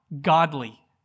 godly